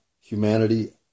humanity